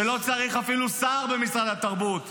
שלא צריך אפילו שר במשרד התרבות.